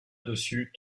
dessus